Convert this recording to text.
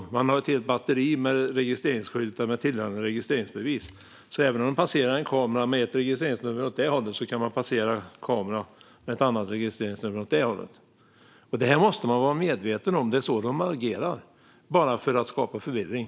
Dessa personer har ett helt batteri med registreringsskyltar med tillhörande registreringsbevis. Även om de passerar en kamera med ett registreringsnummer åt det ena hållet kan de passera kameran med ett annat registreringsnummer åt det andra hållet. Detta måste man vara medveten om. Det är så dessa personer agerar bara för att skapa förvirring.